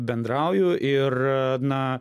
bendrauju ir na